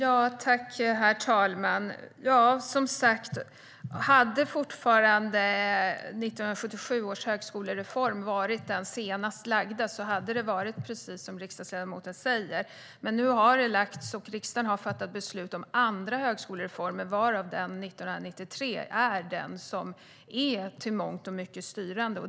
Herr talman! Som sagt: Hade 1977 års högskolereform fortfarande varit den senaste hade det varit precis som riksdagsledamoten säger. Men nu har riksdagen fattat beslut om andra högskolereformer, varav den från 1993 är den som i mångt och mycket är styrande.